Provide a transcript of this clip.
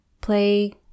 play